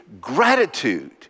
gratitude